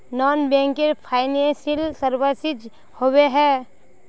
Non banking financial services होबे है?